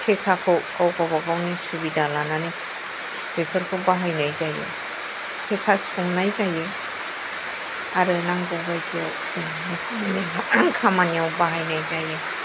टेकाखौ गाव गाबागावनि सुबिदा लानानै बेफोरखौ बाहायनाय जायो टेका सुंनाय जायो आर नांगौ बायदियाव जों एफा एनै खामानियाव बाहायनाय जायो